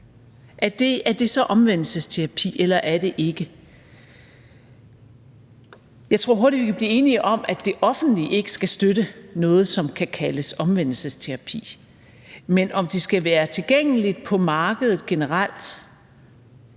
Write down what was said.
Er det så omvendelsesterapi, eller er det ikke? Jeg tror hurtigt, vi kan blive enige om, at det offentlige ikke skal støtte noget, som kan kaldes omvendelsesterapi. Men om det skal være tilgængeligt på markedet generelt